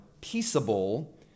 peaceable